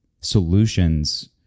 solutions